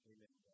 Amen